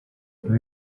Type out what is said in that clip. ibi